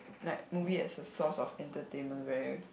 like movie as a source of entertainment very